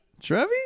Trevi